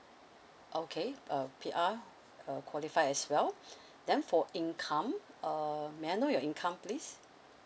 okay uh P_R uh qualify as well then for income uh may I know your income please